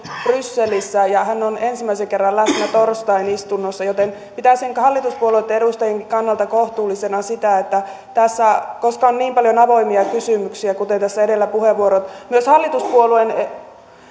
brysselissä ja hän on ensimmäisen kerran läsnä torstain istunnossa joten pitäisin hallituspuolueitten edustajienkin kannalta kohtuullisena sitä koska tässä on niin paljon avoimia kysymyksiä kuten tässä edellä puheenvuorossa kun myös hallituspuolueen